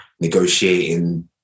negotiating